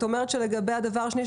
את אומרת שלגבי הדבר השני,